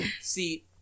see